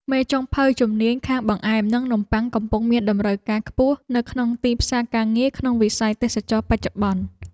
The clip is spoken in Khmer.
មេចុងភៅជំនាញខាងបង្អែមនិងនំបុ័ងកំពុងមានតម្រូវការខ្ពស់នៅក្នុងទីផ្សារការងារក្នុងវិស័យទេសចរណ៍បច្ចុប្បន្ន។